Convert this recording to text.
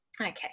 Okay